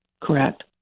Correct